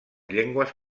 llengües